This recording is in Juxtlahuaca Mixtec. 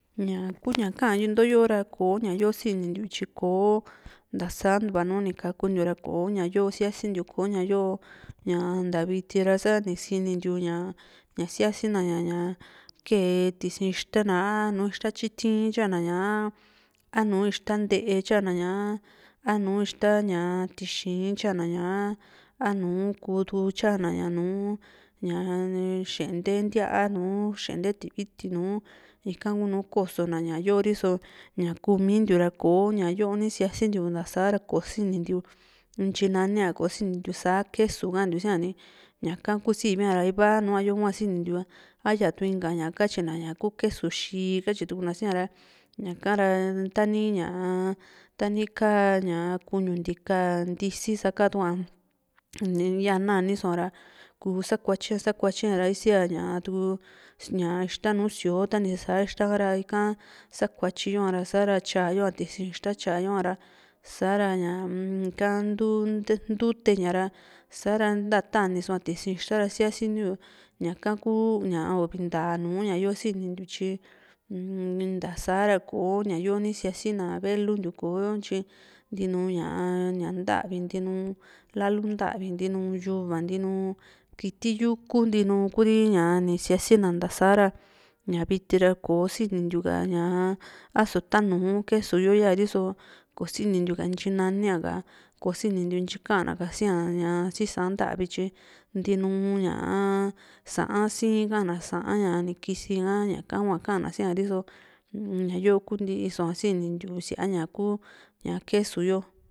ña kuu ña ka´an nto yo ra ko´ña yo sini ntiu tyi kò´o ntasantua ni kakuntiu ra ko´ña yo siaisntiu kò´o ña yo ntaa viti ra sani sinintiu ña ña siasina ñaa kee tisi ixta na a nùù ixta tyiti´n tyana ña a a nùù ixta ntee tyana ña a nùù ixta tixi´n tyana ña a a nu kuutu tyana ña nùù xente ntía, xente tiviti nùù ika kunu koso na ña yoo riso ña kuu mintiu ra kò´o ña yo ni siasintiu ntasara kò´o sinintiu intyi naia kosonitiu sa quesu ka´an ntiu sia ni ñaka ku sivia ra iva nua yo hua sinintiu a yaa tu inka ña katyi na ku quesu xii katyi tukuna sia ra ñaka ra tani ña tani ka´ñaa kuñu ntika ntisi sa ka tua yaa nani soa´ra ku sakuatye sakuatye a ra isiatuku ixta nùù síoo ta ni sa´a ixta ka sakuatyi yo´ra sa´ra tyayoa tisi´n ixta tyayo a ra sa´ra ñaa-m nka ntuute ñara sa´ra nta tani soa tisi´n ixta ra siasintiu ñaka kuu uvi ntaa nùù ña yo sinintiu tyi un ntasa´ra kò´o ña yo ni siasi na velu ntiu kò´o tyi ntinu ña ñá ntavi ntinu lalu ntavi ntinu yuva ntinu kiti yuku ntinu ku´ri ñaa ni sia´si na nta sa´ra ña viti ra kò´o sinintiu ka ñaa asu tanuu quesu yo, iyaari so kò´o sinintiu ka intyi nani ha, kò´o sinintiu ntyi ka´na sia ña si Sa'an ntavi tyi ntiinu ñaa Sa'an sii´n ka´na Sa'an ña ni kisia´ha ñaka hua kana siari so ñayo kuntiiso ña kuña sini ntiu ku sia quesu yo.